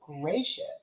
gracious